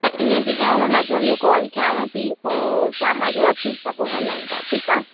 त इअं त कयांव मंझंदि जो कॉल कयांव थी पोइ शाम जो अचु त पोइ हलूं था ठीकु आहे